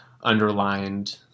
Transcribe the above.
underlined